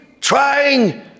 trying